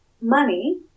Money